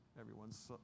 everyone's